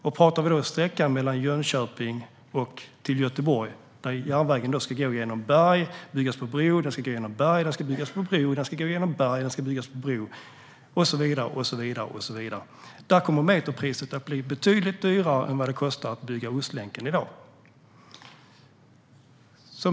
Om vi pratar om sträckan mellan Jönköping och Göteborg, där järnvägen ska gå genom berg, byggas på bro, gå genom berg, byggas på bro och så vidare, kommer meterpriset att bli betydligt högre än vad det kostar att bygga Ostlänken i dag.